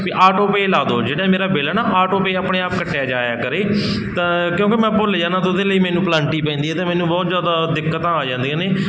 ਵੀ auto pay ਲਾ ਦਿਓ ਜਿਹੜਾ ਮੇਰਾ ਬਿਲ ਨਾ ਆਟੋ ਪੇ ਆਪਣੇ ਆਪ ਕੱਟਿਆ ਜਾਇਆ ਕਰੇ ਤਾਂ ਕਿਉਂਕਿ ਮੈਂ ਭੁੱਲ ਜਾਂਦਾ ਤਾਂ ਉਹਦੇ ਲਈ ਮੈਨੂੰ ਪਲਾਂਟੀ ਪੈਂਦੀ ਹੈ ਅਤੇ ਮੈਨੂੰ ਬਹੁਤ ਜ਼ਿਆਦਾ ਦਿੱਕਤ ਆ ਜਾਂਦੀ ਨੇ